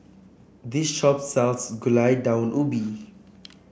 this shop sells Gulai Daun Ubi